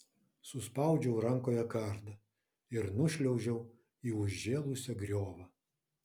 suspaudžiau rankoje kardą ir nušliaužiau į užžėlusią griovą